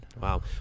Wow